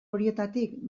horietatik